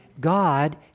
God